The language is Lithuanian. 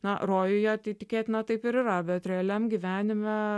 na rojuje tai tikėtina taip ir yra bet realiam gyvenime